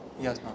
Yes